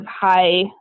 high